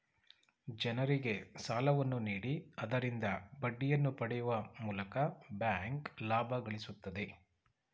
ಜನರಿಗೆ ಸಾಲವನ್ನು ನೀಡಿ ಆದರಿಂದ ಬಡ್ಡಿಯನ್ನು ಪಡೆಯುವ ಮೂಲಕ ಬ್ಯಾಂಕ್ ಲಾಭ ಗಳಿಸುತ್ತದೆ